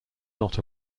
not